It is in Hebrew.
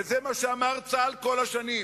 וזה מה שאמר צה"ל כל השנים,